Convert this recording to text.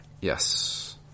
Yes